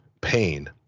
pain